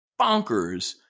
bonkers